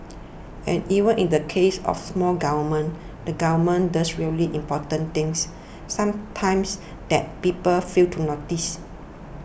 and even in the case of small government the government does really important things sometimes that people fail to notice